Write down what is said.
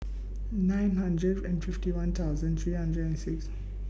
nine hundred and fifty one thousand three hundred and six